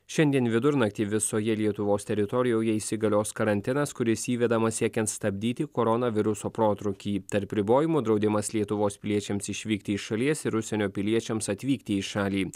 šiandien vidurnaktį visoje lietuvos teritorijoje įsigalios karantinas kuris įvedamas siekiant stabdyti koronaviruso protrūkį tarp ribojimų draudimas lietuvos piliečiams išvykti į šalies ir užsienio piliečiams atvykti į šalį